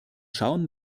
schauen